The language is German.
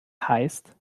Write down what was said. heißt